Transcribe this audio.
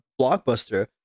Blockbuster